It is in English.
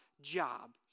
job